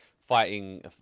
fighting